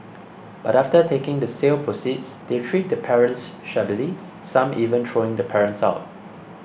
but after taking the sale proceeds they treat the parents shabbily some even throwing the parents out